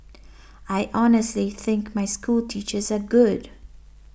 I honestly think my schoolteachers are good